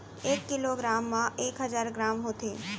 एक kilogram मा एक हजार ग्राम होथे